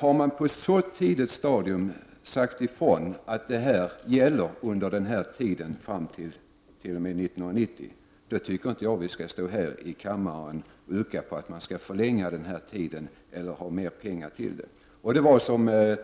Har man på ett så tidigt stadium sagt ifrån att detta gäller under den här tiden, fram till september 1990, då tycker inte jag att vi skall stå här i kammaren och yrka på förlängning av denna tid eller ge mer pengar till detta ändamål. Som